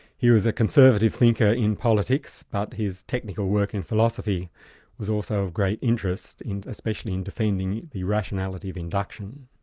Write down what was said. he was a conservative thinker in politics, but his technical work in philosophy was also of great interest and especially in defending the rationality of induction.